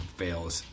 fails